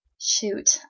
shoot